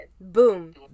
Boom